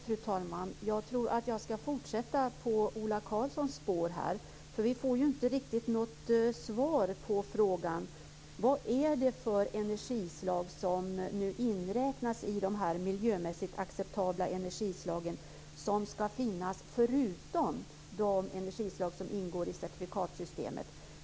Fru talman! Jag ska fortsätta på Ola Karlssons spår. Vi får inte något riktigt svar på frågan vad det är för energislag som inräknas i de miljömässigt acceptabla energislag som ska finnas förutom de energislag som ingår i certifikatsystemet.